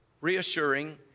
reassuring